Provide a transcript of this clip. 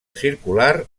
circular